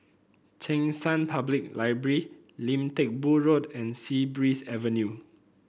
Cheng San Public Library Lim Teck Boo Road and Sea Breeze Avenue